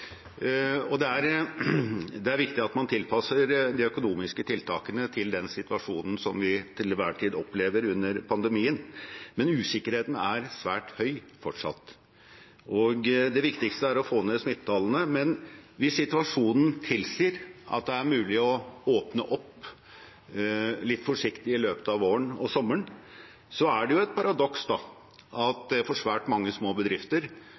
Det er viktig at man tilpasser de økonomiske tiltakene til den situasjonen vi til enhver tid opplever under pandemien, men usikkerheten er fortsatt svært høy. Det viktigste er å få ned smittetallene, men hvis situasjonen tilsier at det er mulig å åpne opp litt forsiktig i løpet av våren og sommeren, er det et paradoks at det for svært mange små bedrifter